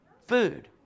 food